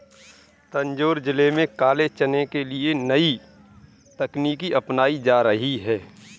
तंजौर जिले में काले चने के लिए नई तकनीकें अपनाई जा रही हैं